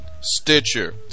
Stitcher